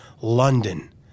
London